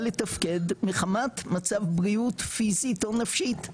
לתפקד מחמת מצב בריאות פיזית או נפשית.